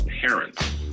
parents